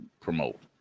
promote